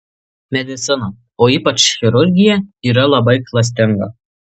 medicina o ypač chirurgija yra labai klastinga